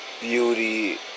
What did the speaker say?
beauty